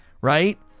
right